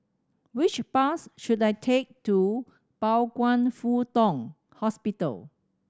which bus should I take to Pao Kwan Foh Tang hospital